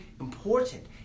important